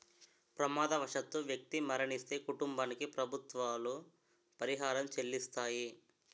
ప్రమాదవశాత్తు వ్యక్తి మరణిస్తే కుటుంబానికి ప్రభుత్వాలు పరిహారం చెల్లిస్తాయి